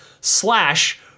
slash